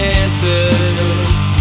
answers